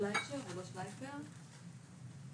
היא חברת טכנולוגיה אחת הכי גדולות באירופה והכי גדולה ברוסיה.